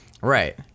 right